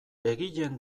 egileen